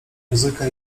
muzyka